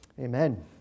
Amen